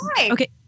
Okay